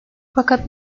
fakat